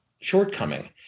shortcoming